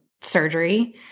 surgery